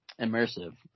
immersive